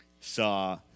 saw